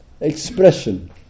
expression